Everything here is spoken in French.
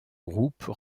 groupe